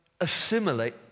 assimilate